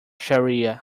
shariah